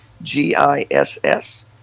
g-i-s-s